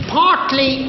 partly